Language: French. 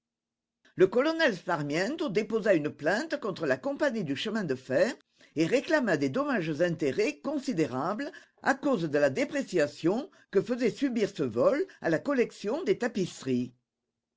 le colonel sparmiento déposa une plainte contre la compagnie du chemin de fer et réclama des dommages-intérêts considérables à cause de la dépréciation que faisait subir ce vol à la collection des tapisseries